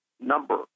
number